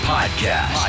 Podcast